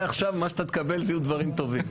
מעכשיו מה שאתה תקבל יהיו דברים טובים.